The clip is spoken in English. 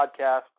podcast